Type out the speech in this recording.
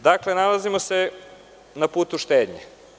Dakle, nalazimo se na putu štednje.